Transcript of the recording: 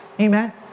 Amen